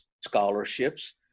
scholarships